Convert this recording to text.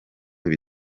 bihe